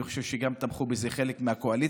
אני חושב שגם תמכו בזה חלק מהקואליציה,